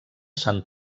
sant